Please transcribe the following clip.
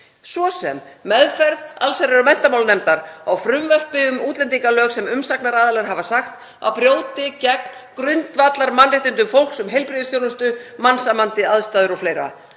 svo sem meðferð allsherjar- og menntamálanefndar á frumvarpi um útlendingalög sem umsagnaraðilar hafa sagt að brjóti gegn grundvallarmannréttindum fólks um heilbrigðisþjónustu, mannsæmandi aðstæður og fleira;